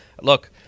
look